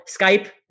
Skype